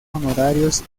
honorarios